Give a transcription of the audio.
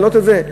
להעלות את זה.